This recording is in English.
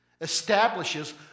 establishes